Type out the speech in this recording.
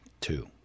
Two